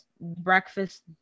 breakfast